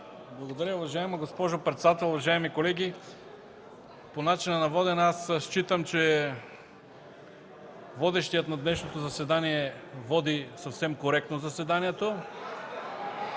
(ДПС): Уважаема госпожо председател, уважаеми колеги! По начина на водене. Считам, че водещият днешното заседание води съвсем коректно заседанието.